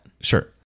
Sure